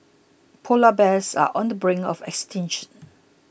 Polar Bears are on the brink of extinction